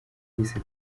yise